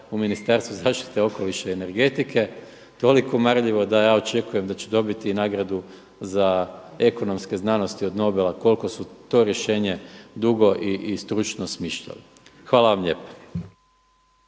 u Ministarstvu zaštite okoliša i energetike, toliko marljivo da ja očekujem da će dobiti nagradu za ekonomske znanosti od Nobela koliko su to rješenje dugo i stručno smišljali. Hvala vam lijepa.